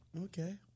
Okay